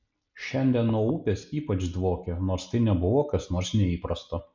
šiandien nuo upės ypač dvokė nors tai nebuvo kas nors neįprasto